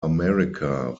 america